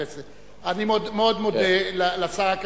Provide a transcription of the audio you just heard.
הכנסת, אני מאוד מודה לשר.